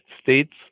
States